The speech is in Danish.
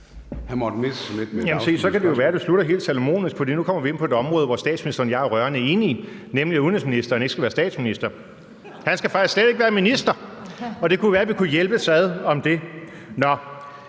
så kan det jo være, at det slutter helt salomonisk, for nu kommer vi ind på et område, hvor statsministeren og jeg er rørende enige, nemlig om, at udenrigsministeren ikke skal være statsminister; han skal faktisk slet ikke være minister! Og det kunne jo være, at vi kunne hjælpes ad om det.